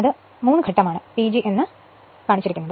അത് 3 ഘട്ടമാണ് PG എന്ന് പ്രതീകപ്പെടുത്തുന്നത്